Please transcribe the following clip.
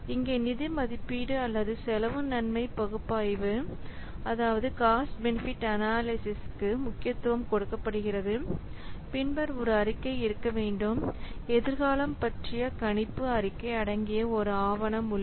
இங்கே நிதி மதிப்பீடு அல்லது காஸ்ட் பெனிபிட் அனாலிசிஸ்க்கு முக்கியத்துவம் கொடுக்கப்படுகிறது பின்னர் ஒரு அறிக்கை இருக்க வேண்டும் எதிர்காலம் பற்றிய கணிப்பு அறிக்கை அடங்கிய ஒரு ஆவணம் உள்ளது